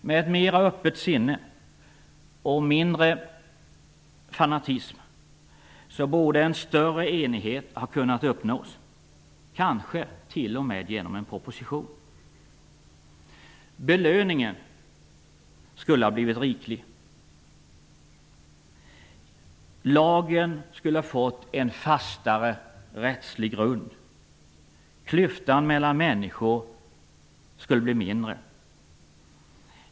Med mera öppna sinnen och mindre fanatism borde en större enighet ha kunnat uppnås, kanske t.o.m. genom en proposition. Belöningen skulle ha blivit riklig. Lagen skulle ha fått en fastare rättslig grund. Klyftan mellan människor skulle bli mindre.